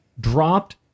dropped